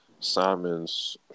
Simons